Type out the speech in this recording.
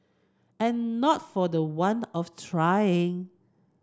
and not for the want of trying